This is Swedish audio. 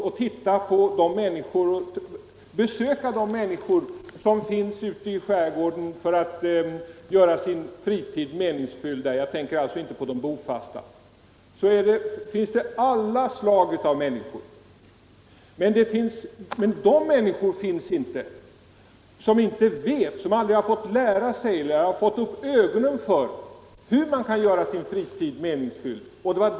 Om man besöker människor som vistas i skärgården för att de vill göra sin fritid meningsfylld — jag tänker alltså inte här på den bofasta befolkningen — träffar man alla slags människor. Men bland dem finns inga som aldrig har fått upp ögonen för hur man kan göra sin fritid meningsfylld.